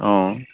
অঁ